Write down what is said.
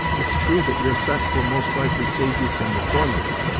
it's true that your sex will most likely save you from the torments,